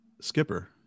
skipper